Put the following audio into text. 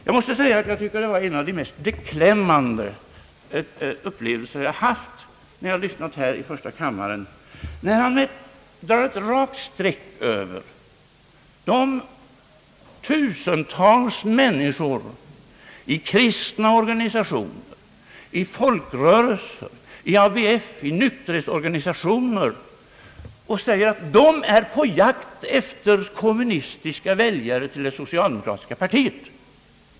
Jag tycker att det var en av de mest beklämmande upplevelser jag har haft när jag här i första kammaren lyssnade till herr Holmberg. Herr Holmberg drar ett rakt streck över de tusentals människor i kristna organisationer, i folkrörelser, i ABF, i nykterhetsorganisationer, som stod bakom demonstra tionen, och säger att de är på jakt efter kommunistiska väljare till det socialdemokratiska partiet.